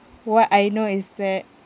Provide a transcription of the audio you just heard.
what I know is that